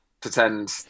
pretend